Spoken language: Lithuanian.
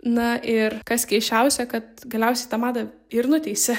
na ir kas keisčiausia kad galiausiai tą madą ir nuteisė